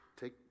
take